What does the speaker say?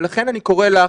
לכן אני קורא לך,